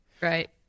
Right